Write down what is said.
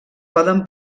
poden